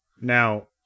Now